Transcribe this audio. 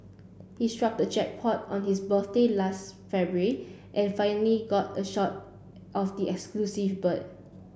he struck the jackpot on his birthday last February and finally got a shot of the bird